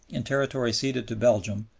in territory ceded to belgium,